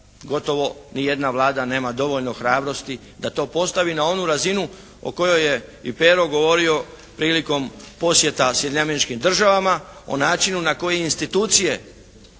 gotovo ni jedna vlada nema dovoljno hrabrosti da to postavi na onu razinu o kojoj je i Pero govorio prilikom posjeta Sjedinjenim Američkim Državama o načinu na koji institucije